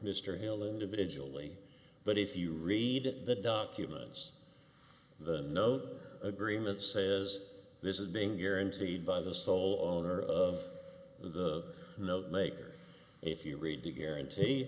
mr hill individually but if you read the documents the note agreement says this is being guaranteed by the sole owner of the maker if you read to guarantee